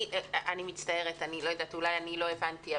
אני מצטערת, אולי לא הבנתי.